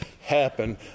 happen